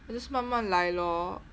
I just :man man lai lor